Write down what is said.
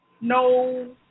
No